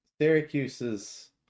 Syracuse's